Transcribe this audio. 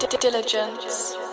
diligence